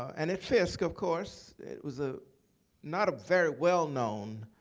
and at fisk of course, it was ah not a very well-known